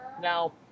Now